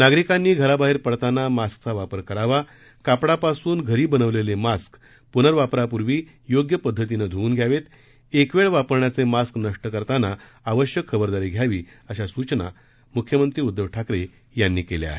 नागरिकांनी घराबाहेर पडताना मास्कचा वापर करावा कापडापासून घरी बनवलेले मास्क पूनर्वापरापूर्वी योग्य पद्धतीनं धुवून घ्यावेत एकवेळ वापरण्याचे मास्क नष्ट करताना आवश्यक खबरदारी घेण्याची सूचना मुख्यमंत्री उद्धव ठाकरे यांनी केली आहे